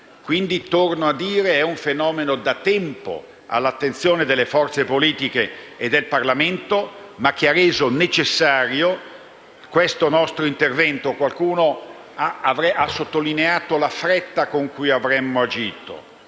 quindi a dire che è un fenomeno da tempo all'attenzione delle forze politiche e del Parlamento, ma che ha reso necessario il nostro intervento. Qualcuno ha sottolineato la fretta con cui avremmo agito.